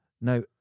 Now